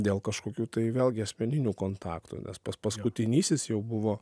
dėl kažkokių tai vėlgi asmeninių kontaktų nes pats paskutinysis jau buvo